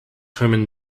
herman